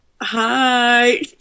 Hi